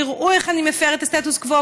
תראו איך אני מפר את הסטטוס קוו,